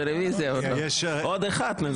עוד אחד.